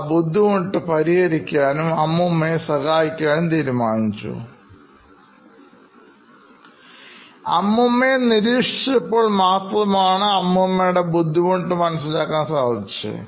ആ ബുദ്ധിമുട്ട് പരിഹരിക്കാനും അമ്മൂമ്മയെ സഹായിക്കുവാനുംതീരുമാനിച്ചു അമ്മൂമ്മയെ നിരീക്ഷിച്ചപ്പോൾ മാത്രമാണ് അമ്മൂമ്മേടെ ബുദ്ധിമുട്ട്മനസ്സിലാക്കുവാൻ സാധിച്ചത്